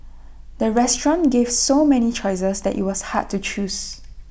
the restaurant gave so many choices that IT was hard to choose